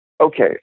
okay